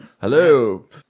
Hello